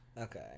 okay